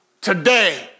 today